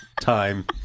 time